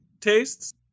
tastes